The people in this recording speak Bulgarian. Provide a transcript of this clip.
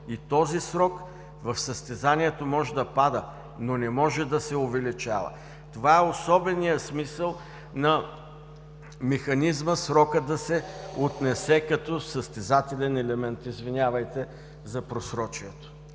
И този срок в състезанието може да пада, но не може да се увеличава. Това е особеният смисъл на механизма срокът да се отнесе като състезателен елемент. (Председателят